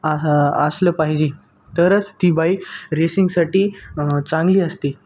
आ आ असलं पाहिजे तरच ती बाईक रेसिंगसाठी चांगली असते